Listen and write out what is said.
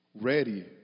ready